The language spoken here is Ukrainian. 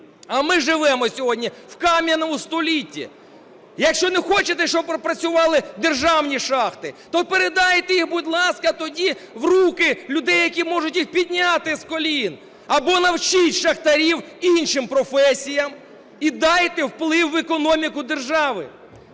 А ми живемо сьогодні в кам'яному столітті. Якщо не хочете, щоб працювали державні шахти, то передайте їх, будь ласка, тоді в руки людей, які можуть їх підняти з колін. Або навчіть шахтарів іншим професіям і дайте вплив в економіку держави.